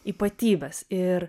ypatybes ir